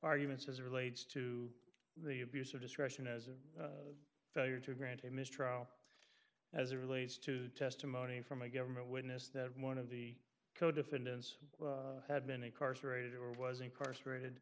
arguments as relates to the abuse of discretion as a failure to grant a mistrial as it relates to testimony from a government witness that one of the co defendants had been incarcerated or was incarcerated